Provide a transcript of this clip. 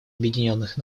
объединенных